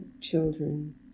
children